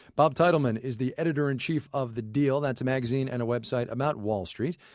bob teitelman is the editor in chief of the deal, that's a magazine and a web site about wall street.